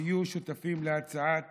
שיהיו שותפים להצעת